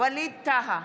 ווליד טאהא,